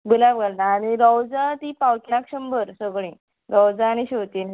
गुलाब घालता आनी रोजां तीं पावक्याक शंबर सगळीं रोजां आनी शेंवतीं